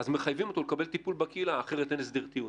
אז מחייבים אותו לקבל טיפול בקהילה כי אחרת אין הסדר טיעון.